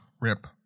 Rip